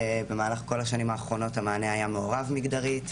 במהלך כל השנים האחרונות המענה היה מעורב מגדרית.